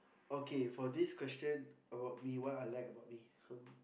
okay for this question about me what I like about me um